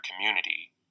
community